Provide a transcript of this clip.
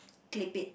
clip it